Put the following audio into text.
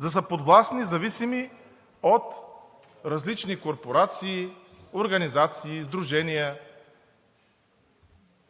да са подвластни, зависими от различни корпорации, организации, сдружения,